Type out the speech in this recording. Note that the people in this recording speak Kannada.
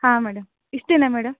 ಹಾಂ ಮೇಡಮ್ ಇಷ್ಟೇನಾ ಮೇಡಮ್